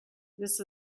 this